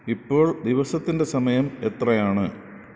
ഇപ്പോൾ ദിവസത്തിൻ്റെ സമയം എത്രയാണ്